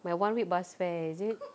my one week bus fare is it